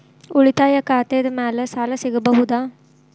ಉಳಿತಾಯ ಖಾತೆದ ಮ್ಯಾಲೆ ಸಾಲ ಸಿಗಬಹುದಾ?